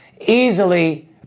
easily